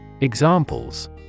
Examples